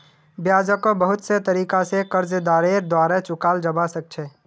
ब्याजको बहुत से तरीका स कर्जदारेर द्वारा चुकाल जबा सक छ